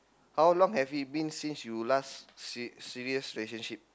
how long have it been since you last se~ serious relationship